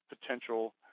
potential